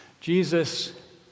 Jesus